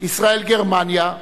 ישראל גרמניה,